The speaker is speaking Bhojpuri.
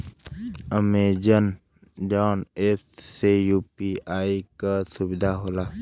अमेजॉन ऐप में यू.पी.आई क सुविधा होला